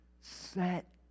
set